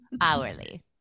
Hourly